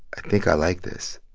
i think i like this.